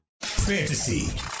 Fantasy